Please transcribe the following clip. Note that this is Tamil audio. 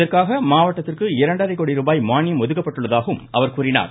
இதற்காக மாவட்டத்திற்கு இரண்டரை கோடி மானியம் ரூபாய் ஒதுக்கப்பட்டதாகவும் அவர் கூறினார்